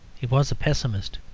he was a pessimist.